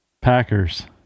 Packers